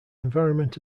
environment